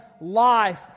life